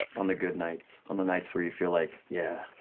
on the good nights, on the nights where you feel like yeah,